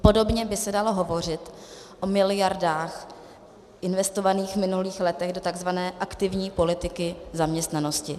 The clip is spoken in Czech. Podobně by se dalo hovořit o miliardách investovaných v minulých letech do tzv. aktivní politiky zaměstnanosti.